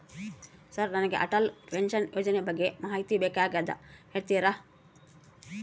Sir ನನಗೆ Atal pension ಯೋಜನೆ ಬಗ್ಗೆ ಮಾಹಿತಿ ಬೇಕಾಗ್ಯದ ಹೇಳ್ತೇರಾ?